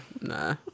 nah